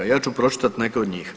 Ja ću pročitati neka od njih.